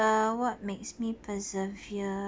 uh what makes me persevere